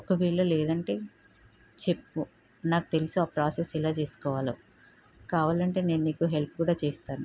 ఒకవేళ లేదంటే చెప్పు నాకు తెలుసు ఆ ప్రాసెస్ ఎలా చేసుకోవాలో కావాలంటే నేను నీకు హెల్ప్ కూడా చేస్తాను